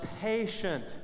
patient